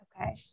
Okay